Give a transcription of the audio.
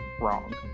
wrong